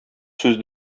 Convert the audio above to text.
сүз